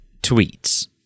tweets